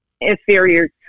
inferior